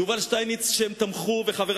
יובל שטייניץ וחבריו,